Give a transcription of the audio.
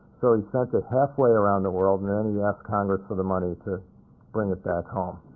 so he sent it halfway around the world and then he asked congress for the money to bring it back home.